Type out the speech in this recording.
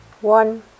one